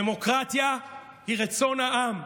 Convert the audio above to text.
דמוקרטיה היא רצון העם.